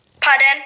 Pardon